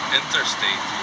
interstate